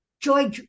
joy